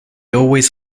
always